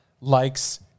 likes